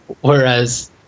whereas